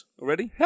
already